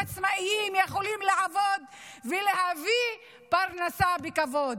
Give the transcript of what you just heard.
עצמאיים, יכולים לעבוד ולהביא פרנסה בכבוד.